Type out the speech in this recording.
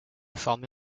formé